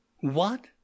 What